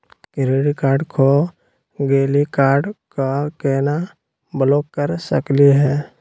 Credit card खो गैली, card क केना ब्लॉक कर सकली हे?